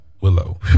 Willow